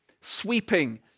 sweeping